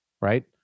Right